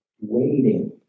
waiting